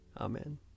Amen